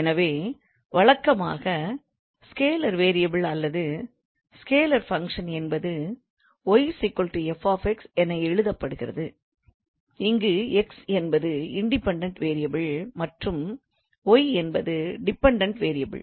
எனவே வழக்கமாக scalar variable அல்லது ஸ்கேலார் ஃபங்க்ஷன் என்பது 𝑦 𝑓 𝑥 என எழுதப்படுகிறது இங்கு x என்பது இன்டிபண்டன்ட் வேரியபிள் மற்றும் y என்பது டிபண்டன்ட் வேரியபிள்